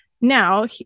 Now